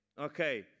Okay